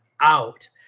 out